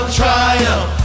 triumph